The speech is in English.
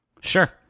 Sure